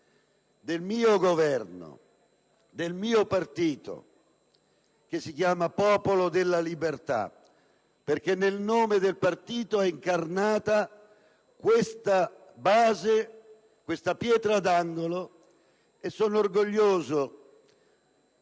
del mio Governo, del mio partito, che si chiama Popolo della Libertà, perché nel nome del partito è incarnata questa pietra d'angolo. E sono orgoglioso,